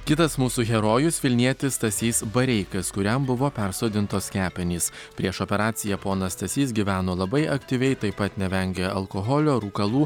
kitas mūsų herojus vilnietis stasys bareikis kuriam buvo persodintos kepenys prieš operaciją ponas stasys gyveno labai aktyviai taip pat nevengė alkoholio rūkalų